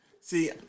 See